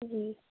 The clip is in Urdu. جی